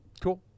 Cool